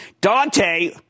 Dante